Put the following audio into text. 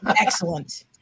Excellent